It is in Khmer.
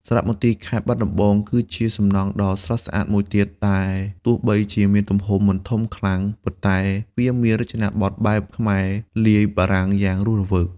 សារមន្ទីរខេត្តបាត់ដំបងគឺជាសំណង់ដ៏ស្រស់ស្អាតមួយទៀត ដែលទោះបីជាមានទំហំមិនធំខ្លាំង ប៉ុន្តែវាមានរចនាប័ទ្មបែបខ្មែរលាយបារាំងយ៉ាងរស់រវើក។